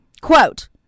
Quote